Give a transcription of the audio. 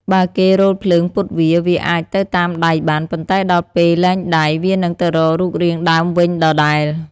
បើគេរោលភ្លើងពត់វា វាអាចទៅតាមដៃបាន ប៉ុន្តែដល់ពេលលែងដៃ វានឹងទៅរករូបរាងដើមវិញដដែល។